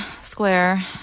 square